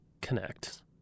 connect